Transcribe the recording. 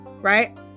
right